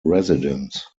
residents